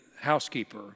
housekeeper